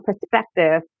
perspective